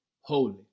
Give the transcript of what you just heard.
holy